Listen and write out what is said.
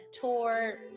tour